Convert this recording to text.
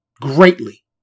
Greatly